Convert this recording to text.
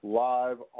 live